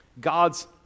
God's